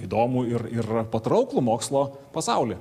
įdomų ir ir patrauklų mokslo pasaulį